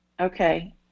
Okay